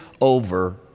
over